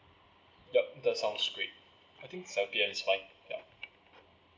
yup that's sound great I think seven P_M is fine ya